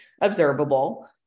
Observable